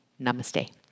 Namaste